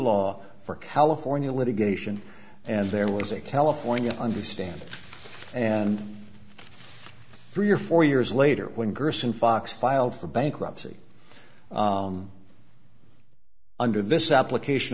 law for california litigation and there was a california understanding and three or four years later when gerson fox filed for bankruptcy under this application